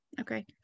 okay